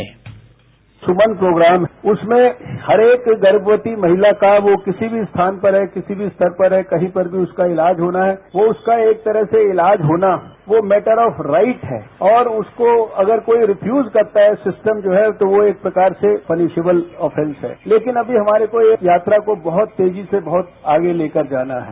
bite Suman programme उसमें हरेक गर्मवती महिला का वो किसी भी स्थान पर है किसी भी स्तर पर है कहीं पर भी उसका इलाज होना है वो उसका एक तरह से इलाज होना वो मैटर ऑफ राइट है और उसको अगर कोई रिफ्यूज करता है सिस्टम जो है तो वो एक प्रकार से पनिशेबल अफेन्स है लेकिन अमी हमारे को ये यात्रा को बहुत तेजी से बहुत आगे लेकर जाना है